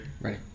Ready